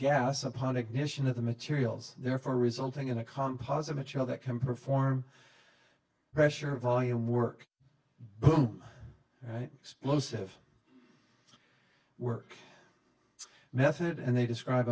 gas upon ignition of the materials therefore resulting in a composite material that can perform pressure volume work but right explosive work method and they describe